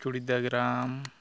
ᱪᱚᱲᱤᱫᱟ ᱜᱨᱟᱢ